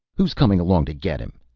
who's comin' along to get him.